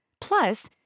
Plus